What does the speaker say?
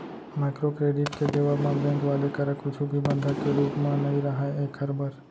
micro credit के देवब म बेंक वाले करा कुछु भी बंधक के रुप म नइ राहय ऐखर बर